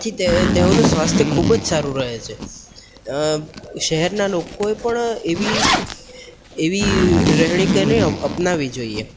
આથી તેઓનું સ્વાસ્થ્ય ખૂબ જ સારું રહે છે શહેરના લોકોએ પણ એવી એવી રહેણીકરણી અપનાવવી જોઈએ